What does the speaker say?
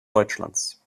deutschlands